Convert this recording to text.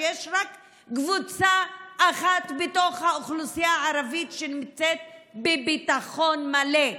שיש רק קבוצה אחת בתוך האוכלוסייה הערבית שנמצאת בביטחון מלא,